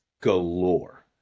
galore